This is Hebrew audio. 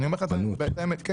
תוקפנות?